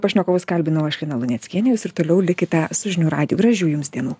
pašnekovus kalbinau aš lina luneckienė jūs ir toliau likite su žinių radiju gražių jums dienų